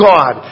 God